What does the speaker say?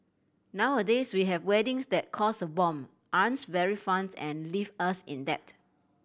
nowadays we have weddings that cost a bomb aren't very fun and leave us in debt